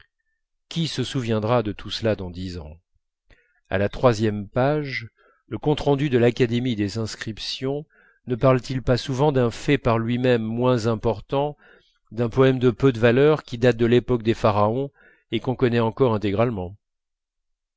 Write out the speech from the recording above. qui se souviendra de tout cela dans dix ans à la troisième page le compte rendu de l'académie des inscriptions ne parle-t-il pas souvent d'un fait par lui-même moins important d'un poème de peu de valeur qui date de l'époque des pharaons et qu'on connaît encore intégralement